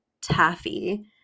taffy